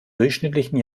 durchschnittlichen